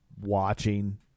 watching